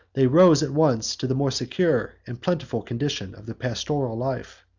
they rose at once to the more secure and plentiful condition of the pastoral life.